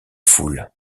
foule